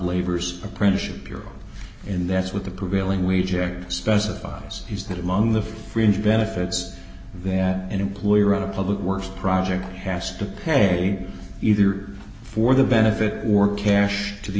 labor's apprenticeship you're in that's with the prevailing wage as specified he's that among the fringe benefits that an employer in a public works project has to pay either for the benefit or cash to the